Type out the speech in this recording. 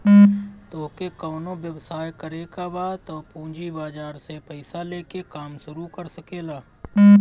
तोहके कवनो व्यवसाय करे के बा तअ पूंजी बाजार से पईसा लेके काम शुरू कर सकेलअ